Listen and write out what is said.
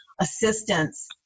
assistance